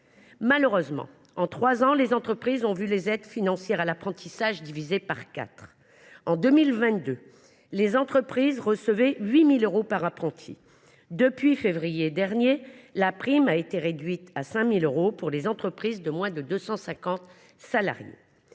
d’euros en 2023. En trois ans, les entreprises ont, hélas ! vu les aides financières à l’apprentissage être divisées par quatre. En 2022, les entreprises recevaient 8 000 euros par apprenti. Depuis le mois de février dernier, la prime a été réduite à 5 000 euros pour les entreprises de moins de 250 salariés.